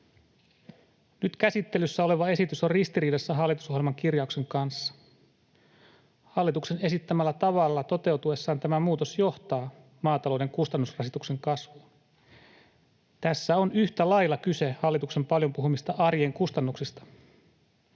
Nyt käsittelyssä oleva esitys on ristiriidassa hallitusohjelman kirjauksen kanssa. Hallituksen esittämällä tavalla toteutuessaan tämä muutos johtaa maatalouden kustannusrasituksen kasvuun. Tässä on yhtä lailla kyse hallituksen paljon puhumista arjen kustannuksista,